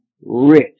rich